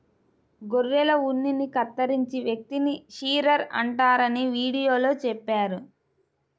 గొర్రెల ఉన్నిని కత్తిరించే వ్యక్తిని షీరర్ అంటారని వీడియోలో చెప్పారు